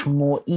more